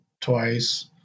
twice